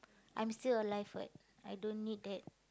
I'm still alive what I don't need that